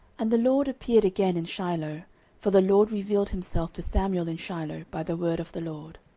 and the lord appeared again in shiloh for the lord revealed himself to samuel in shiloh by the word of the lord.